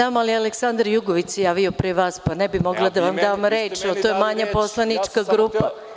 Aleksandar Jugović se javio pre vas, pa ne bih mogla da vam dam reč, jer to je manja poslanička grupa.